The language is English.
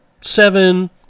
seven